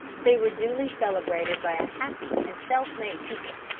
they were duly celebrated by a happy and self-made people.